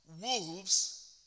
wolves